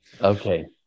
Okay